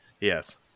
yes